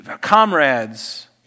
comrades